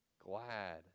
Glad